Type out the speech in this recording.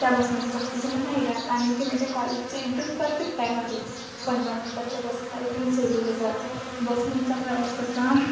त्या बसमध्ये जास्ती जण नाही राहत आणि ते म्हणजे कॉलेजचे एकदम परफेक्ट टाईमावरती येते पंधरा मिनटाचा रस्ता इथून सेलूला जायचा बसचा प्रवास कसं